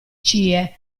cie